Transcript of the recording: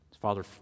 Father